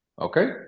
Okay